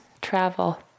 travel